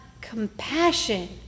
compassion